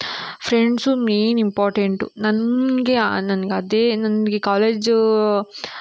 friends main important ನನಗೆ ನನ್ಗೆ ಅದೇ ನನಗೆ ಕಾಲೇಜೂ